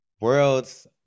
Worlds